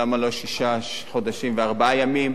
למה לא שישה חודשים וארבעה ימים.